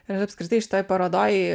ir apskritai šitoj parodoj